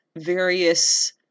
various